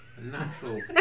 natural